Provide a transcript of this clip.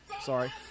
Sorry